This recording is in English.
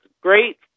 great